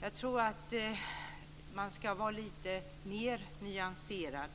Jag tror att man ska vara lite mer nyanserad